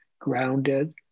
grounded